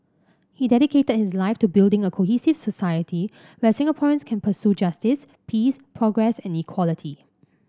he dedicated his life to building a cohesive society where Singaporeans can pursue justice peace progress and equality